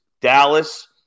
Dallas